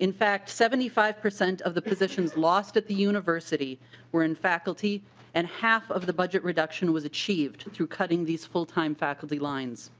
in fact seventy five percent of the positions last at the university were in faculty and half of the budget reduction was achieved through cutting these full-time faculty lines.